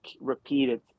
repeated